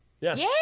Yes